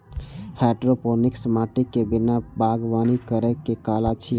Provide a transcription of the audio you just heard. hydroponics माटि के बिना बागवानी करै के कला छियै